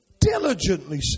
diligently